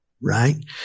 right